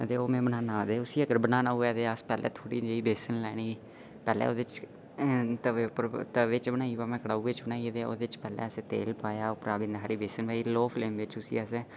ओह् में बनाना ते उसी अगर बनाना होऐ ते पैह्लें थोह्ड़ी नेही बेसन लैनी पैह्लें ओह्दे च तबे पर तबे च बनाई जां कढ़ाऊ च बनाइयै ओहदे शा पैह्लें असें तेल पाएआ पर इ'न्ना हारी बेसन पाई लोह् फ्लेम बिच असें